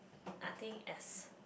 I think as